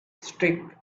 streak